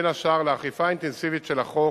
בין השאר, לאכיפה אינטנסיבית של החוק